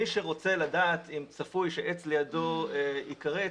מי שרוצה לדעת אם צפוי שעץ לידו ייכרת,